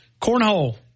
cornhole